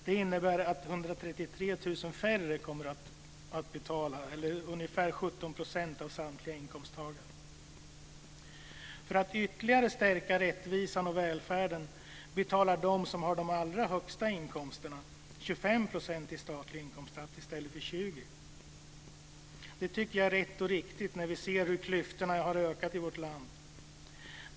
Det innebär att 133 000 färre eller ungefär 17 % av samtliga inkomsttagare kommer att betala statlig inkomstskatt. För att ytterligare stärka rättvisan och välfärden betalar de som har de allra högsta inkomsterna 25 % i statlig inkomstskatt i stället för 20 %. Det tycker jag är rätt och riktigt när vi ser hur klyftorna har ökat i vårt land.